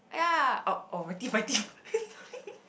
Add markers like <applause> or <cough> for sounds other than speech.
ya oh oh my teeth my teeth <laughs>